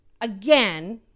again